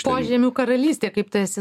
požemių karalystėje kaip tu esi